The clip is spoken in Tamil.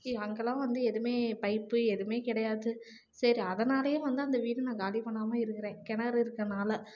அங்கெல்லாம் வந்து எதுவுமே பைப் எதுவுமே கிடையாது சரி அதனாலேயே வந்து அந்த வீடு நான் காலி பண்ணாமல் இருக்கிறேன் கிணறு இருக்கதால